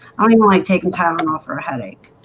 i don't even like taking tylenol for a headache